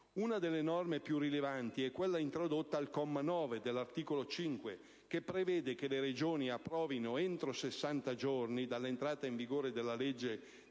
Una delle norme più rilevanti è quella introdotta al comma 9 dell'articolo 5, che prevede che le Regioni approvino, entro sessanta giorni dall'entrata in vigore della legge